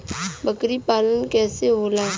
बकरी पालन कैसे होला?